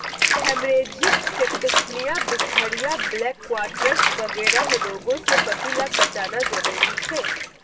haemorrhagic septicaemia, बीसहरिया, black quarters वगैरह रोगों से पशु लाक बचाना ज़रूरी छे